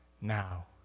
now